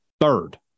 Third